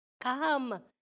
Come